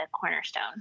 cornerstone